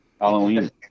Halloween